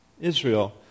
Israel